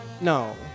No